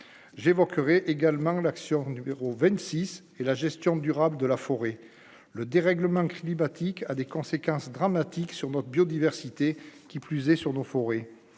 j'évoquerai également l'action numéro 26 et la gestion durable de la forêt, le dérèglement climatique, a des conséquences dramatiques sur notre biodiversité qui plus est sur nos forêts